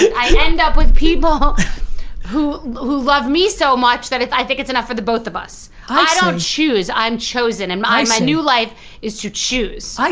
i end up with people who who love me so much that it's i think it's enough for the both of us. i don't choose, i'm chosen, and my my new life is to choose.